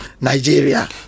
nigeria